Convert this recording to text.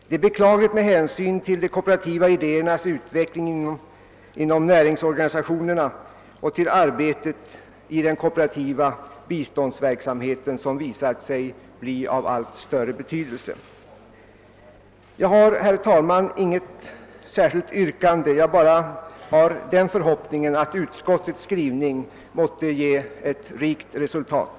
Det är beklagligt med hänsyn till de kooperativa idéernas utveckling inom näringsorganisationerna och till arbetet i den kooperativa biståndsverksamheten. Jag har, herr talman, inget särskilt yrkande. Jag vill bara framföra den förhoppningen att utskottets skrivning måtte ge resultat.